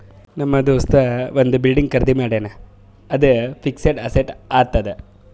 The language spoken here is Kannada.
ನಮ್ ದೋಸ್ತ ಒಂದ್ ಬಿಲ್ಡಿಂಗ್ ಖರ್ದಿ ಮಾಡ್ಯಾನ್ ಅದು ಫಿಕ್ಸಡ್ ಅಸೆಟ್ ಆತ್ತುದ್